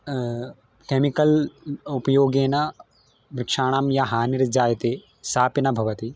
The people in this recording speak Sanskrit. केमिकल् उपयोगेन वृक्षानां या हानिर्जायते सापि न भवति